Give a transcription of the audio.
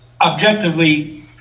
objectively